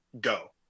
go